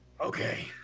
Okay